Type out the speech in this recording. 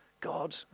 God